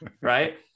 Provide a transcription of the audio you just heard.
Right